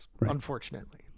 Unfortunately